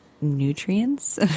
nutrients